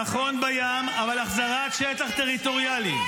נכון, בים, נכון, בים, אבל החזרת שטח טריטוריאלי.